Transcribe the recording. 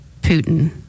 Putin